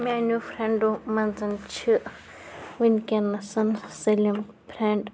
میانیو فرٮ۪نٛڈو منٛز چھِ وِنکٮ۪نَس سٲلِم فرینٛڈ